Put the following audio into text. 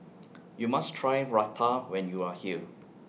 YOU must Try Raita when YOU Are here